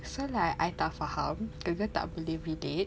so like I tak faham girl girl tak believe it